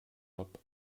job